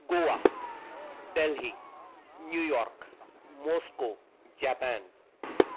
Goa Delhi New York Moscow Japan